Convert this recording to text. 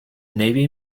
navy